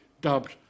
dubbed